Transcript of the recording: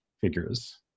figures